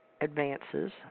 advances